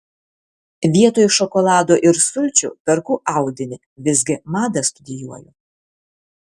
vietoj šokolado ir sulčių perku audinį visgi madą studijuoju